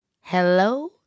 Hello